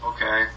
Okay